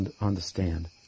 Understand